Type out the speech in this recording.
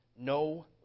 no